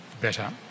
better